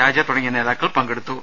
രാജ തുടങ്ങിയ നേതാക്കൾ പങ്കെടുത്തു